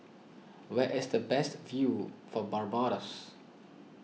where is the best view for Barbados